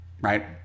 right